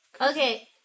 Okay